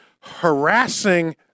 harassing